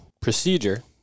procedure